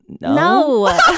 No